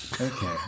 Okay